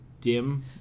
dim